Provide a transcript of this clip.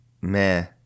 meh